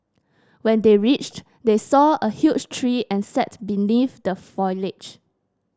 when they reached they saw a huge tree and sat beneath the foliage